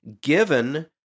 given